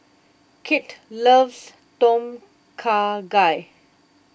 Kit loves Tom Kha Gai